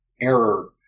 error